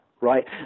right